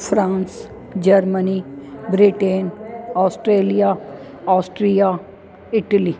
France Germany Britain Australia Austria Italy